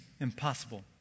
impossible